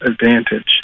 advantage